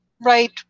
right